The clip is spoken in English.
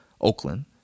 Oakland